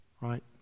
Right